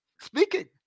speaking